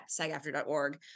sagafter.org